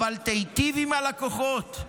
אבל תיטיב עם הלקוחות.